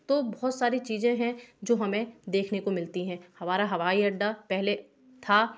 तो बहुत सारी चीज़ें हैं जो हमें देखने को मिलती हैं हमारा हवाई अड्डा पहले था